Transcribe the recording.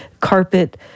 carpet